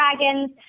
dragons